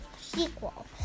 sequel